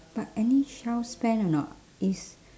but any shelf span or not it's